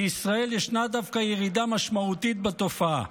בישראל ישנה דווקא ירידה משמעותית בתופעה.